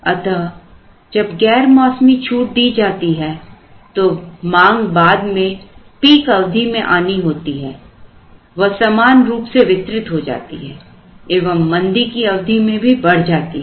अतः जब गैर मौसमी छूट दी जाती है तो जो मांग बाद में peak अवधि में आनी होती है वह समान रूप से वितरित हो जाती है एवं मंदी की अवधि में भी बढ़ जाती है